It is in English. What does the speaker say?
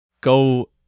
go